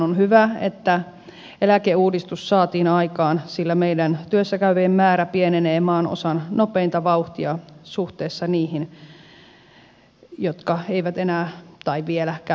on hyvä että eläkeuudistus saatiin aikaan sillä meidän työssä käyvien määrä pienenee maanosan nopeinta vauhtia suhteessa niihin jotka eivät enää tai vielä käy töissä